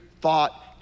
thought